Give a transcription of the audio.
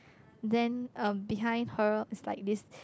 then uh behind her is like this